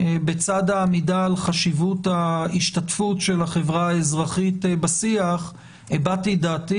בצד העמידה על חשיבות ההשתתפות של החברה האזרחית בשיח הבעתי את דעתי